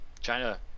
China